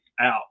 out